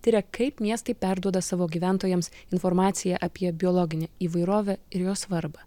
tiria kaip miestai perduoda savo gyventojams informaciją apie biologinę įvairovę ir jo svarbą